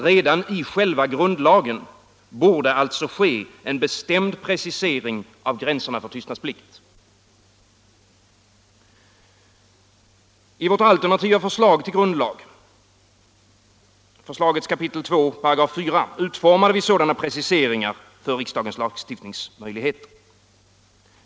Redan i själva grundlagen borde alltså göras en bestämd precisering av gränserna för tystnadsplikt. I vårt alternativa förslag till grundlag, förslagets kapitel 2 § 4, utformade vi sådana preciseringar för riksdagens lagstiftningsmöjligheter.